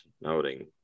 noting